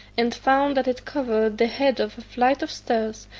and found that it covered the head of a flight of stairs,